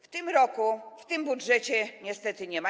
W tym roku, w tym budżecie niestety nie ma.